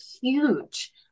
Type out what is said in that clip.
huge